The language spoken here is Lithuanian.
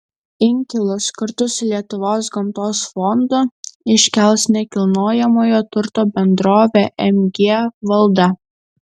inkilus kartu su lietuvos gamtos fondu iškels nekilnojamojo turto bendrovė mg valda